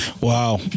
Wow